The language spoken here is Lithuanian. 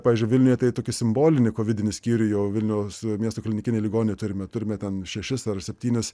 pavyzdžiui vilniuje tai tokį simbolinį vidinį skyrių jau vilniaus miesto klinikinėj ligoninėj turime turime ten šešis ar septynis